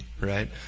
right